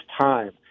time